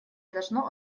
должно